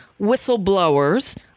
whistleblowers